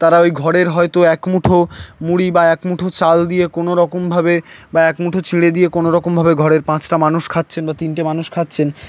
তারা ওই ঘরের হয়তো এক মুুঠো মুড়ি বা এক মুুঠো চাল দিয়ে কোনোরকমভাবে বা এক মুুঠো চিঁড়ে দিয়ে কোনড়রকমভাবে ঘরের পাঁচটা মানুষ খাচ্ছেন বা তিনটে মানুষ খাচ্ছেন